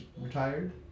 retired